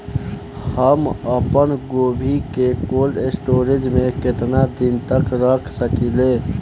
हम आपनगोभि के कोल्ड स्टोरेजऽ में केतना दिन तक रख सकिले?